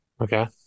Okay